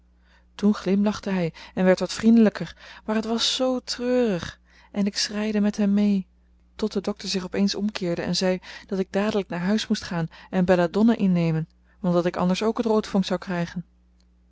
toen glimlachte hij en werd wat vriendelijker maar het was zoo treurig en ik schreide met hen mee tot de dokter zich op eens omkeerde en zei dat ik dadelijk naar huis moest gaan en belladonna innemen want dat ik anders ook het roodvonk zou krijgen